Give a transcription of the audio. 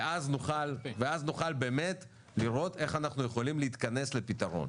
ואז נוכל באמת לראות איך אנחנו יכולים להתכנס לפתרון.